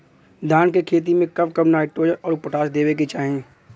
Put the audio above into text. धान के खेती मे कब कब नाइट्रोजन अउर पोटाश देवे के चाही?